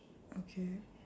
okay